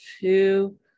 two